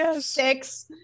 six